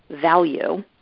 value